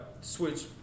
switch